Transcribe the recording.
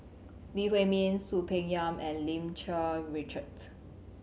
Lee Huei Min Soon Peng Yam and Lim Cherng Richard